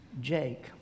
Jake